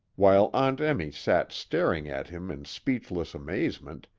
while aunt emmy sat staring at him in speechless amazement,